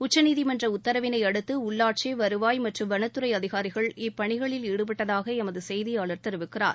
உச்சநீதிமன்ற உத்தரவினை அடுத்து உள்ளாட்சி வருவாய் மற்றும் வனத்துறை அதிகாரிகள் இப்பணிகளில் ஈடுபட்டதாக எமது செய்தியாளர் தெரிவிக்கிறார்